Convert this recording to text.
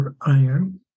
Iron